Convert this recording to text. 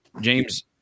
James